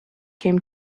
came